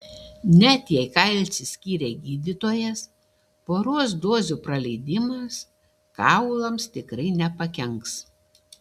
net jei kalcį skyrė gydytojas poros dozių praleidimas kaulams tikrai nepakenks